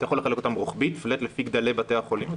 אתה יכול לחלק אותם רוחבי פלייט לפי גדלי בתי החולים.